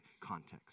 context